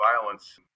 violence